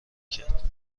کرد